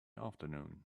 afternoon